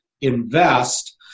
invest